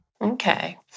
Okay